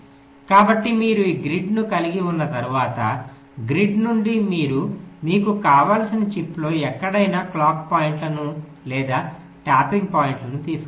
కాబట్టి మీరు ఈ గ్రిడ్ను కలిగి ఉన్న తర్వాత గ్రిడ్ నుండి మీరు మీకు కావలసిన చిప్లో ఎక్కడైనా క్లాక్ పాయింట్లను లేదా ట్యాపింగ్ పాయింట్లను తీసుకోవచ్చు